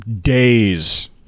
days